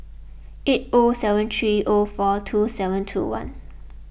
eight O seven three O four two seven two one